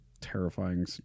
terrifying